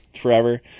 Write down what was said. forever